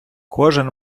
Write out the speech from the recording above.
кожен